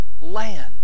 land